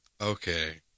Okay